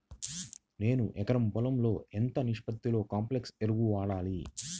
నేను ఎకరం పొలంలో ఎంత నిష్పత్తిలో కాంప్లెక్స్ ఎరువులను వాడాలి?